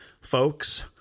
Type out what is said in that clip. folks